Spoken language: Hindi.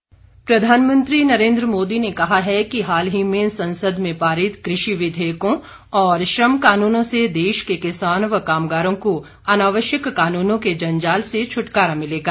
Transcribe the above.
प्रधानमंत्री दीन दयाल प्रधानमंत्री नरेन्द्र मोदी ने कहा है कि हाल ही में संसद में पारित कृषि विधेयकों और श्रम कानूनों से देश के किसान व कामगारों को अनावश्यक कानूनों के जंजाल से छुटकारा मिलेगा